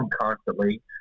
constantly